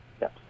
Yes